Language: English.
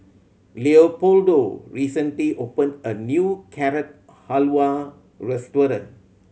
Leopoldo recently opened a new Carrot Halwa restaurant